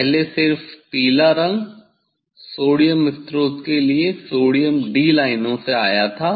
पहले सिर्फ पीला रंग सोडियम स्रोत के लिए सोडियम डी लाइनों से आया था